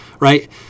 Right